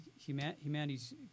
humanity's